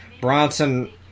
Bronson